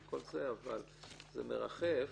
אבל זה מרחף.